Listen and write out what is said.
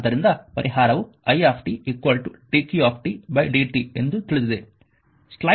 ಆದ್ದರಿಂದ ಪರಿಹಾರವು i dq d ಎಂದು ತಿಳಿದಿದೆ